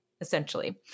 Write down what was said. essentially